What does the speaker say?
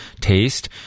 taste